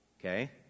Okay